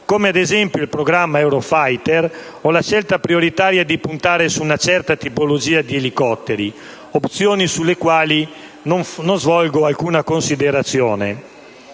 come il programma Eurofighter o la scelta prioritaria di puntare su una certa tipologia di elicotteri, opzioni sulle quali non svolgo alcuna considerazione.